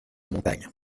montagne